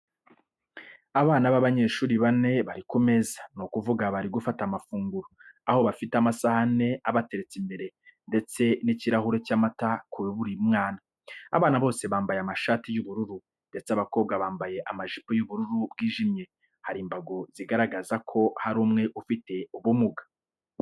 Abana b'abanyeshuri bane bari kumeza ni ukuvuga bari gufata amafunguro, aho bafite amasahane abateretse imbere ndetse n'ikirahuri cy'amata kuri buri mwana. Abana bose bambaye amashati y'ubururu ndetse abakobwa bambaye amajipo y'ubururu bwijimye, hari imbago zigaragaza ko hari umwe ufite ubumuga.